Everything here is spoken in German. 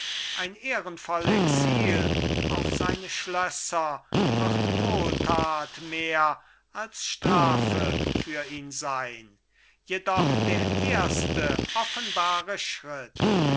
ein ehrenvoll exil auf seine schlösser wird wohltat mehr als strafe für ihn sein jedoch der erste offenbare schritt